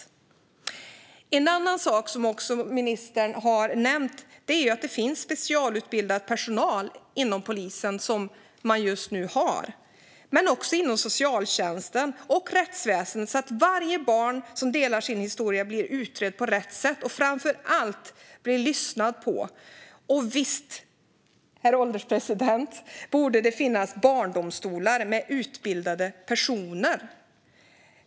Något annat som ministern också har nämnt är att det måste finnas specialutbildad personal inom polisen, socialtjänsten och rättsväsendet så att varje barn blir utredd på rätt sätt och framför allt blir lyssnad på. Visst borde det, herr ålderspresident, finnas barndomstolar med utbildade personer?